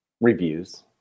reviews